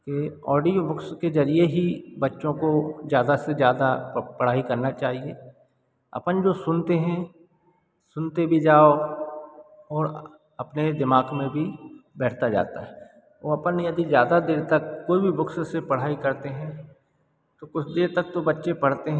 कि audio books के जगह ही बच्चों को ज़्यादा से ज़्यादा पढ़ाई करना चाहिए अपन जो सुनते हैं सुनते भी जाओ और अपने दिमाग़ में भी बैठता जाता है वह अपन यदि ज़्यादा देर तक कोई भी बुक्स से पढ़ाई करते हैं तो कुछ देर तक तो बच्चे पढ़ते हैं